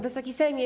Wysoki Sejmie!